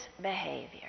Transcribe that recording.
behavior